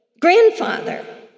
Grandfather